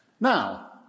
Now